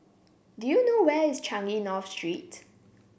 do you know where is Changi North Street